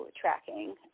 tracking